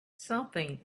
something